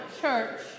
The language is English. Church